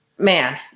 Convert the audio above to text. Man